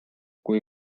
kui